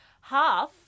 Half